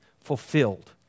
fulfilled